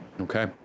Okay